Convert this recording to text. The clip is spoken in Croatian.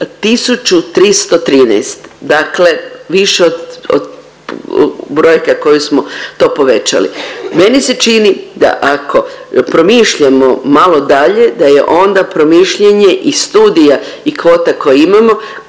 1.313, dakle više od brojka koju smo to povećali. Meni se čini da ako promišljamo malo dalje da je onda promišljanje i studija i kvota koje imamo